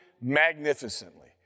magnificently